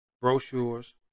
brochures